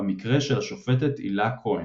במקרה של השופטת הילה כהן.